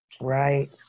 Right